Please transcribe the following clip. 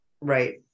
Right